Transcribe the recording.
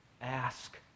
Ask